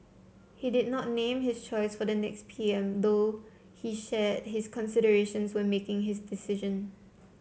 he did not name his choice for the next P M though he shared his considerations when making his decision